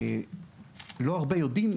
לא הרבה יודעים,